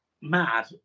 mad